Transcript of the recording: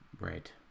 Right